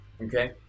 Okay